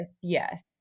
Yes